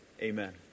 amen